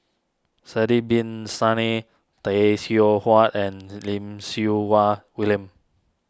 Sidek Bin Saniff Tay Seow Huah and Lim Siew Wai William